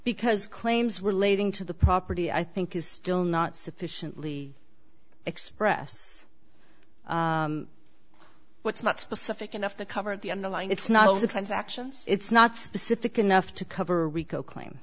because claims relating to the property i think is still not sufficiently express what's not specific enough to cover the underlying it's not all the transactions it's not specific enough to cover rico claim